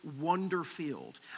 wonder-filled